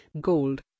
Gold